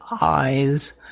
eyes